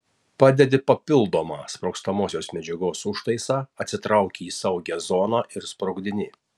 padedi papildomą sprogstamosios medžiagos užtaisą atsitrauki į saugią zoną ir sprogdini